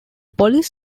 police